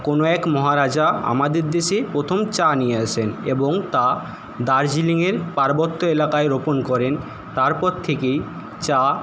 কোনও এক মহারাজা আমাদের দেশে প্রথম চা নিয়ে আসেন এবং তা দার্জিলিংয়ের পার্বত্য এলাকায় রোপণ করেন তারপর থেকেই চা